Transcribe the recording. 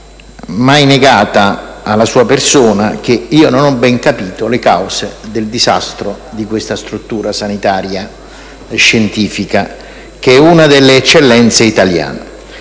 mai negata alla sua persona, che non ho ben capito le cause del disastro di questa struttura sanitaria e scientifica, che è una delle eccellenze italiane.